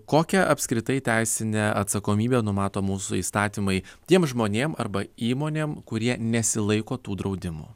kokią apskritai teisinę atsakomybę numato mūsų įstatymai tiem žmonėm arba įmonėm kurie nesilaiko tų draudimų